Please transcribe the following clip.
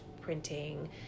printing